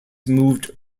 moved